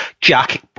Jack